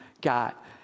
got